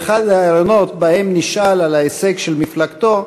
באחד הראיונות שבהם נשאל על ההישג של מפלגתו,